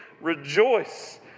rejoice